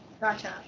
Gotcha